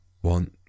one